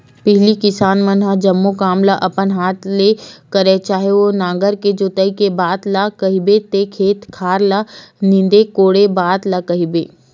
पहिली किसान मन ह जम्मो काम ल अपन हात ले करय चाहे ओ नांगर के जोतई के बात ल कहिबे ते खेत खार ल नींदे कोड़े बात ल कहिबे